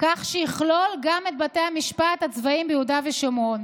כך שיכלול גם את בתי המשפט הצבאיים ביהודה ושומרון.